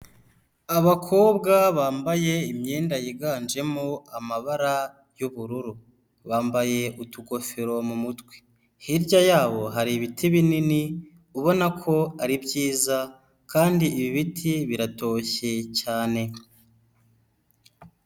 Abakobwa bambaye imyenda yiganjemo amabara y'ubururu bambaye utugofero mu mutwe, hirya yabo hari ibiti binini ubona ko ari byiza kandi ibi biti biratoshye cyane.